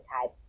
type